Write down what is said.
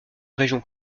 région